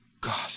God